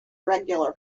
regular